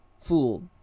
fool